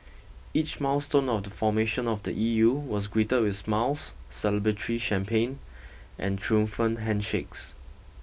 each milestone of the formation of the E U was greeted with smiles celebratory champagne and triumphant handshakes